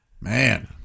Man